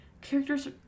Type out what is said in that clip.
Characters